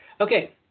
Okay